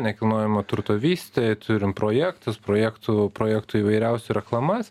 nekilnojamo turto vystytojai turim projektus projektų projektų įvairiausių reklamas